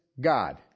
God